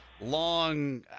long